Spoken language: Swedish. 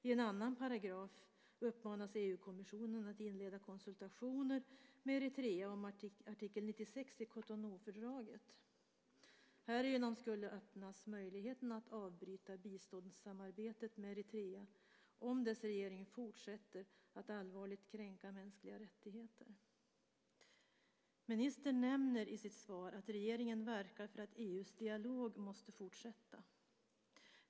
I en annan paragraf uppmanas EU-kommissionen att inleda konsultationer med Eritrea om artikel 96 i Cotonoufördraget. Härigenom skulle möjligheten att avbryta biståndssamarbetet med Eritrea öppnas om dess regering fortsätter att allvarligt kränka mänskliga rättigheter. Ministern nämner i sitt svar att regeringen verkar för att EU:s dialog måste fortsätta.